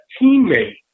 teammate